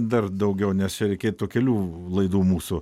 dar daugiau nes čia reikėtų kelių laidų mūsų